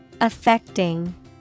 Affecting